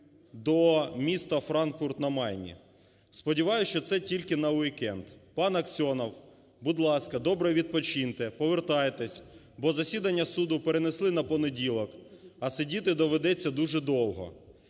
до міста Франкфурт-на-Майні. Сподіваюсь, що це тільки навікенд. Пан Аксьонов, будь ласка, добре відпочиньте, повертайтесь. Бо засідання суду перенесли на понеділок, а сидіти доведеться дуже довго.